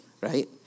right